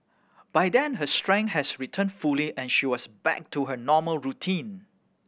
by then her strength had returned fully and she was back to her normal routine